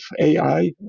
AI